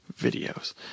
videos